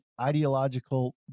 ideological